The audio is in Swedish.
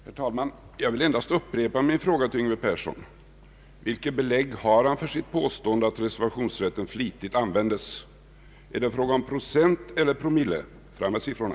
Herr talman! Jag vill endast upprepa min fråga till herr Yngve Persson: Vilket belägg har herr Persson för sitt påstående att reservationsrätten används flitigt? Är det fråga om procent eller promille? Fram med siffrorna!